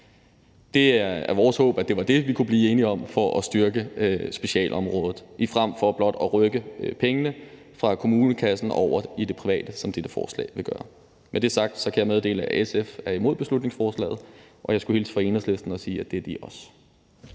Det er vores håb, at det var det, vi kunne blive enige om for at styrke specialområdet frem for blot at flytte pengene fra kommunekassen over i det private, hvad dette forslag vil gøre. Med det sagt kan jeg meddele, at SF er imod beslutningsforslaget, og jeg skulle hilse fra Enhedslisten og sige, at det er de også.